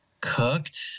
Cooked